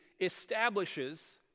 establishes